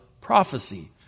prophecy